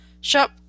Shop